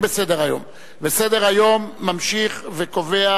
אני קובע